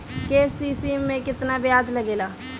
KCC में केतना ब्याज लगेला?